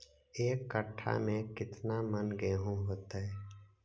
एक कट्ठा में केतना मन गेहूं होतै?